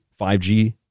5G